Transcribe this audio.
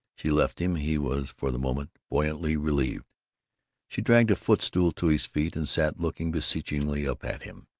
she left him he was for the moment buoyantly relieved she dragged a footstool to his feet and sat looking beseechingly up at him.